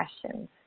questions